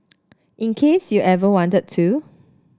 in case you ever wanted to